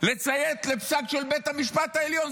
לציית לפסק של בית המשפט העליון,